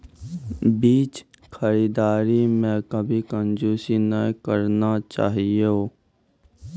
बीज खरीददारी मॅ कभी कंजूसी नाय करना चाहियो